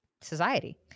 society